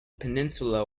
peninsula